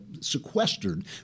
sequestered